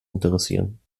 interessieren